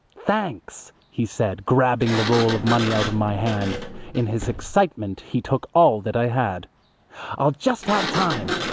thanks, he said grabbing the roll of money out of my hand in his excitement he took all that i had i'll just have time.